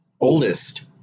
oldest